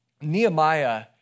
Nehemiah